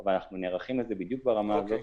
אבל אנחנו נערכים לזה בדיוק ברמה הזאת,